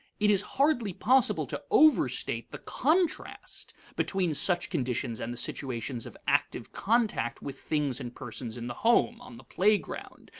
it is hardly possible to overstate the contrast between such conditions and the situations of active contact with things and persons in the home, on the playground,